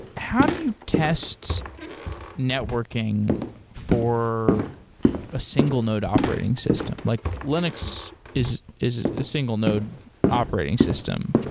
how do you test networking for a single node operating system? like linux is is a single node operating system,